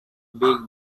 big